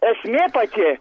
esmė pati